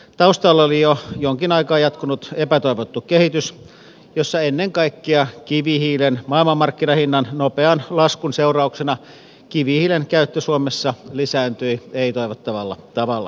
taustalla oli jo jonkin aikaa jatkunut epätoivottu kehitys jossa ennen kaikkea kivihiilen maailmanmarkkinahinnan nopean laskun seurauksena kivihiilen käyttö suomessa lisääntyi ei toivottavalla tavalla